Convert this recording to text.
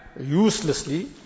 uselessly